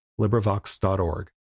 LibriVox.org